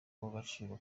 uw’agaciro